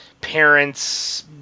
parents